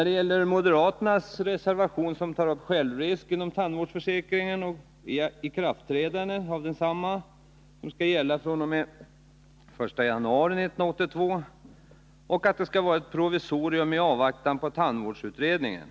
Moderaternas reservation föreslår en självrisk i tandvårdsförsäkringen, att träda i kraft fr.o.m. den 1 januari 1982 som ett provisorium i avvaktan på tandvårdsutredningen.